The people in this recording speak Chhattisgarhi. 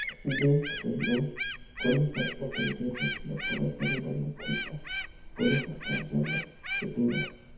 बेंक ले लोन कोनो हर अपन जरूरत ल पूरा करे बर लेथे ता कोलो हर करजा ल छुटे बर